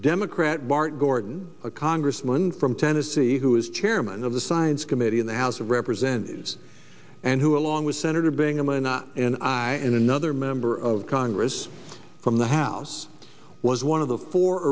democrat bart gordon a congressman from tennessee who is chairman of the science committee in the house of representatives and who along with senator bingaman not and i and another member of congress from the house was one of the four